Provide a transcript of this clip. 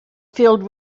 filled